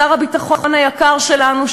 שר הביטחון היקר שלנו,